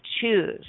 choose